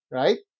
right